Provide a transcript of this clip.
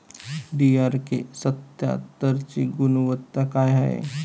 DRK सत्यात्तरची गुनवत्ता काय हाय?